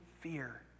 fear